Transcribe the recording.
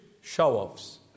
show-offs